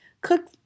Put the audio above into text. Cook